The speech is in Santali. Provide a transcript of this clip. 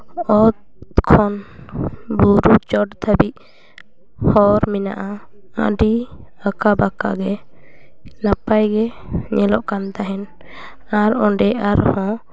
ᱚᱛ ᱠᱷᱚᱱ ᱵᱩᱨᱩ ᱪᱚᱴ ᱫᱷᱟᱹᱵᱤᱡ ᱦᱚᱨ ᱢᱮᱱᱟᱜᱼᱟ ᱟᱹᱰᱤ ᱟᱸᱠᱟᱵᱟᱸᱠᱟ ᱜᱮ ᱱᱟᱯᱟᱭ ᱜᱮ ᱧᱮᱞᱚᱜ ᱠᱟᱱ ᱛᱟᱦᱮᱱ ᱟᱨ ᱚᱰᱮ ᱟᱨᱦᱚᱸ